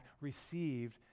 received